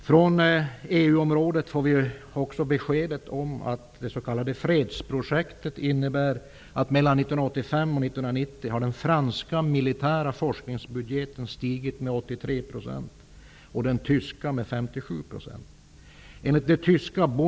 Från EU-området får vi också besked om att det s.k. fredsprojektet innebär att den franska militära forskningsbudgeten har stigit med 83 % och den tyska med 57 % mellan 1985 och 1990.